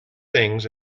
things